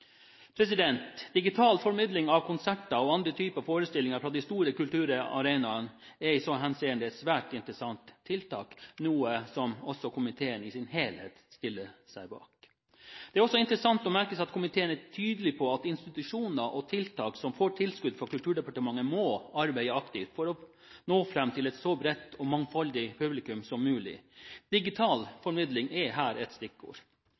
på. Digital formidling av konserter og andre typer forestillinger fra de store kulturarenaer er i så henseende et svært interessant tiltak, noe som også komiteen i sin helhet stiller seg bak. Det er også interessant å merke seg at komiteen er tydelig på at institusjoner og tiltak som får tilskudd fra Kulturdepartementet, må arbeide aktivt for å nå fram til et så bredt og mangfoldig publikum som mulig. Digital formidling er her et stikkord.